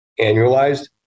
annualized